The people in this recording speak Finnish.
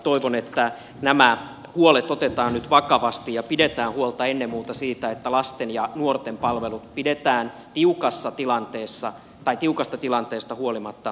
toivon että nämä huolet otetaan nyt vakavasti ja pidetään huolta ennen muuta siitä että lasten ja nuorten palvelut pidetään tiukasta tilanteesta huolimatta hyvällä tasolla